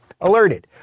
alerted